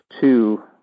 two